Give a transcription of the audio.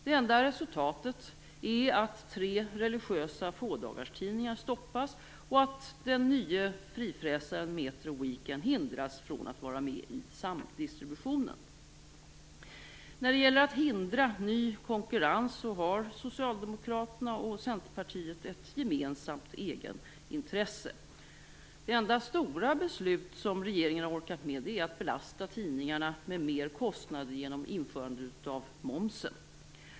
Det enda resultatet är att tre religiösa fådagarstidningar stoppas och att den nya frifräsaren Metro Weekend hindras från att vara med i samdistributionen. När det gäller att hindra ny konkurrens har Socialdemokraterna och Centerpartiet ett gemensamt egenintresse. Det enda stora beslut som regeringen har orkat med är att belasta tidningarna med mer kostnader genom införandet av momsen.